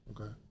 Okay